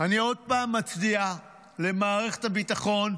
אני עוד פעם מצדיע למערכת הביטחון.